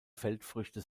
feldfrüchte